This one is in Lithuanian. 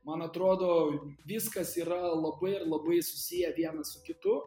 man atrodo viskas yra labai ir labai susiję vienas su kitu